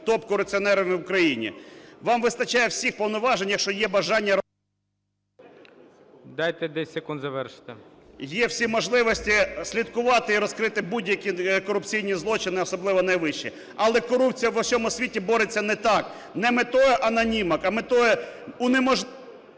корупційні злочини, особливо найвищі. Але корупція в усьому світі бореться не так, не метою анонімок, а метою унеможливлення…